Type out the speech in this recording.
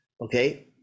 okay